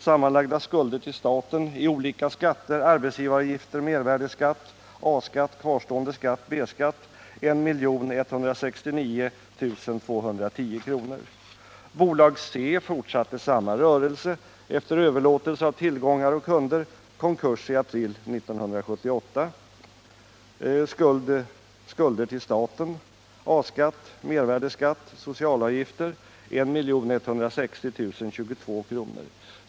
Sammanlagda skulder till staten i form av skatter, arbetsgivaravgifter, mervärdeskatt, A-skatt, kvarstående skatt och B-skatt: 1 169 210 kr. Bolag C fortsatte samma rörelse efter överlåtelse av tillgångar och kunder och gick i konkurs i april 1978. Skulder till staten i form av A-skatt, mervärdeskatt och sociala avgifter: 1 160 022 kr.